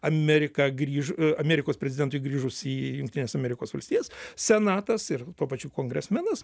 amerika grįž amerikos prezidentui grįžus į jungtines amerikos valstijas senatas ir tuo pačiu kongresmenas